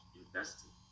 investing